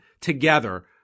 together